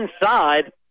inside